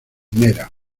minera